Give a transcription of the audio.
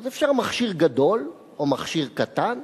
אז אפשר מכשיר גדול או מכשיר קטן,